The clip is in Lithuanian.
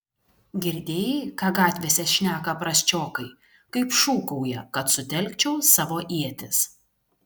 girdėjai ką gatvėse šneka prasčiokai kaip šūkauja kad sutelkčiau savo ietis